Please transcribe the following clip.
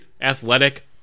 athletic